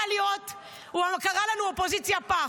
הוא קרא לנו "אופוזיציית פח".